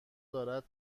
دارد